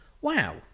wow